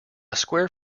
square